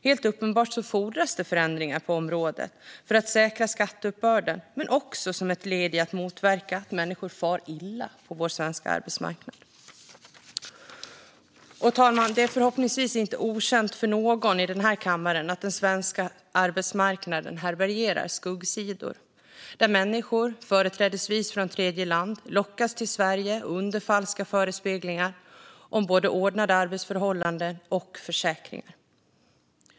Helt uppenbart fordras det förändringar på området för att säkra skatteuppbörden men också som ett led i att motverka att människor far illa på vår svenska arbetsmarknad. Herr talman! Det är förhoppningsvis inte okänt för någon i denna kammare att den svenska arbetsmarknaden härbärgerar skuggsidor där människor, företrädesvis från tredjeland, lockas till Sverige under falska förespeglingar om både ordnade arbetsförhållanden och försäkringar.